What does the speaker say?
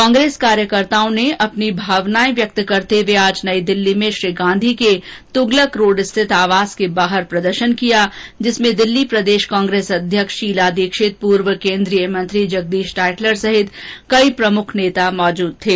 कांग्रेस कार्यकर्ताओं ने अपनी भावनाएं व्यक्त करते हुए आज नई दिल्ली में श्री गांधी के तुगलेक रोड स्थित आवास के बाहर प्रदर्शन किया जिसमें दिल्ली प्रदेश कांग्रेस अध्यक्ष शीला दीक्षित पूर्व केन्दीय मंत्री जगदीश टाइटलर सहित कई प्रमुख नेता मौजूद थे